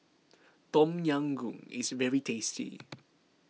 Tom Yam Goong is very tasty